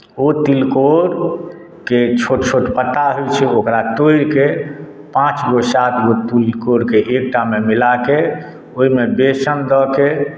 ओ तिलकोरके छोट छोट पत्ता होइत छै ओकरा तोड़ि कऽ पाँच गो सात गो तिलकोरके एकटामे मिलाके ओहिमे बेसन दऽ के